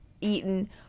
eaten